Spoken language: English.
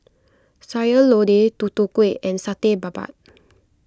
Sayur Lodeh Tutu Kueh and Satay Babat